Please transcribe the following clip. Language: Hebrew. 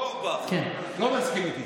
לא מסכים איתי.